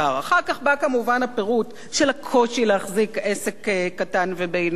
אחר כך בא כמובן הפירוט של הקושי להחזיק עסק קטן ובינוני,